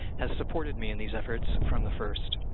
has supported me in these efforts from the first.